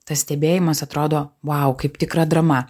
tas stebėjimas atrodo wow kaip tikra drama